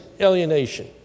alienation